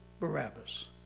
Barabbas